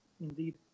indeed